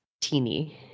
teeny